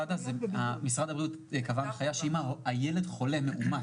משרד הבריאות קבע הנחיה שאם הילד חולה מאומת,